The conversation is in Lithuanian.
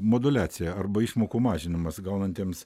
moduliacija arba išmokų mažinimas gaunantiems